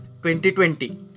2020